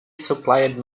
supplied